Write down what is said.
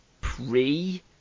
pre